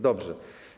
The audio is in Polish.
Dobrze.